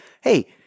hey